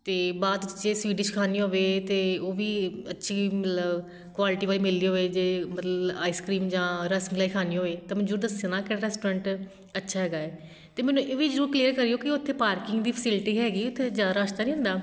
ਅਤੇ ਬਾਅਦ 'ਚ ਜੇ ਸਵੀਟ ਡਿਸ਼ ਖਾਣੀ ਹੋਵੇ ਅਤੇ ਉਹ ਵੀ ਅੱਛੀ ਮਤਲਬ ਕੁਆਲਿਟੀ ਵਾਲੀ ਮਿਲਦੀ ਹੋਵੇ ਜੇ ਮਤਲਬ ਆਈਸਕ੍ਰੀਮ ਜਾਂ ਰਸਮਲਾਈ ਖਾਣੀ ਹੋਵੇ ਤਾਂ ਮੈਂ ਜ਼ਰੂਰ ਦੱਸਣਾ ਕਿਹੜਾ ਰੈਸਟੋਰੈਂਟ ਅੱਛਾ ਹੈਗਾ ਅਤੇ ਮੈਨੂੰ ਇਹ ਵੀ ਜ਼ਰੂਰ ਕਲੀਅਰ ਕਰਿਓ ਕਿ ਉੱਥੇ ਪਾਰਕਿੰਗ ਦੀ ਫੈਸਿਲਿਟੀ ਹੈਗੀ ਉੱਥੇ ਜ਼ਿਆਦਾ ਰੱਸ਼ ਤਾਂ ਨਹੀਂ ਹੁੰਦਾ